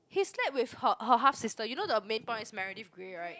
he slept with her her house sister you know the main point is Meredith Grey right